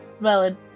Valid